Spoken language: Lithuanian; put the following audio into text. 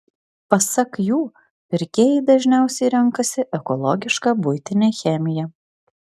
pasak jų pirkėjai dažniausiai renkasi ekologišką buitinę chemiją